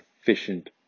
efficient